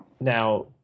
Now